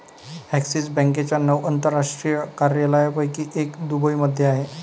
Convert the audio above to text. axis बँकेच्या नऊ आंतरराष्ट्रीय कार्यालयांपैकी एक दुबईमध्ये आहे